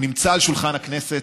הוא נמצא על שולחן הכנסת.